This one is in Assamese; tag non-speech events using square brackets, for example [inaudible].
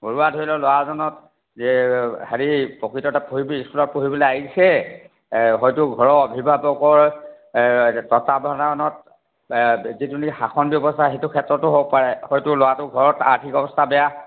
ঘৰুৱা ধৰি লওক ল'ৰাজনৰক এই হেৰি [unintelligible] স্কুলত পঢ়িবলৈ আহিছে হয়তো ঘৰৰ অভিভাৱকৰ তত্বানধানত যিখিনি শাসন ব্যৱস্থা সেইটো ক্ষেত্ৰতো হ'ব পাৰে হয়তো ল'ৰাটোৰ ঘৰত আৰ্থিক অৱস্থা বেয়া